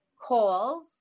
calls